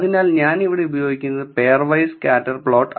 അതിനാൽ ഞാൻ ഇവിടെ ഉപയോഗിക്കുന്നത് "pair wise scatter പ്ലോട്ട്